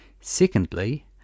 Secondly